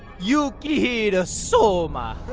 yukihira soma.